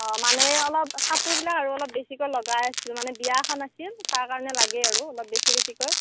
অঁ মানে অলপ কাপোৰবিলাক আৰু অলপ বেছিকৈ লগা আছিল মানে বিয়া এখন আছিল তাৰকাৰণে লাগে আৰু অলপ বেছি বেছিকৈ